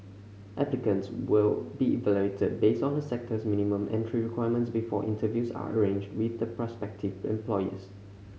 applicants will be evaluated based on a sector's minimum entry requirements before interviews are arranged with the prospective employers